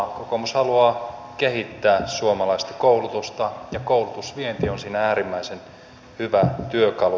kokoomus haluaa kehittää suomalaista koulutusta ja koulutusvienti on siinä äärimmäisen hyvä työkalu